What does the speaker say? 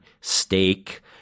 steak